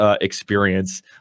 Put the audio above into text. experience